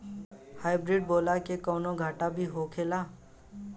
Hybrid बोला के कौनो घाटा भी होखेला?